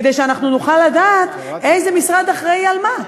כדי שאנחנו נוכל לדעת איזה משרד אחראי למה.